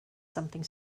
something